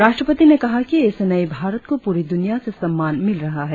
राष्ट्रपति ने कहा कि इस नए भारत को पूरी दुनिया से सम्मान मिल रहा है